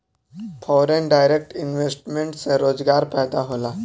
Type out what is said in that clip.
foreign direct investment से रोजगार पैदा होला